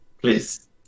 Please